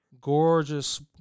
Gorgeous